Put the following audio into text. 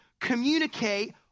communicate